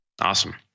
Awesome